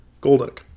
Golduck